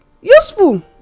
useful